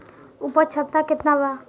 उपज क्षमता केतना वा?